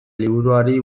liburuari